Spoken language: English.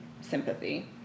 sympathy